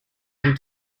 them